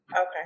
okay